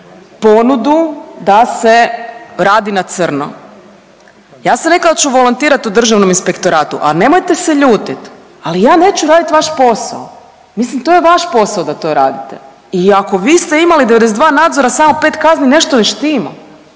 ponudu da se radi na crno. Ja sam rekla da ću volontirat u Državnom inspektoratu, a nemojte se ljutit, ali ja neću raditi vaš posao. Mislim to je vaš posao da to radite. I ako vi ste imali samo 92 nadzora, samo 5 kazni nešto ne štima.